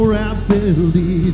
rapidly